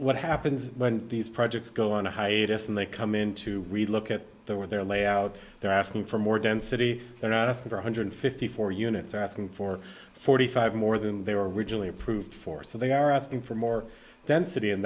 what happens when these projects go on hiatus and they come in to really look at the are there lay out they're asking for more density they're not asking for one hundred fifty four units or asking for forty five more than they were originally approved for so they are asking for more density